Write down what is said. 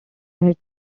united